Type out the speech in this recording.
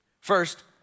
First